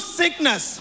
sickness